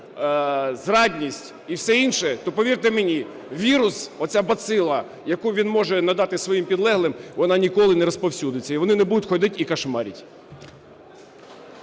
зрадність і все інше, то повірте мені, вірус, оця бацила, яку він може надати своїм підлеглим, вона ніколи не розповсюдиться, і вони не будуть ходити і "кошмарить".